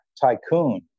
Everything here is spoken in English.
tycoon